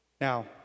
Now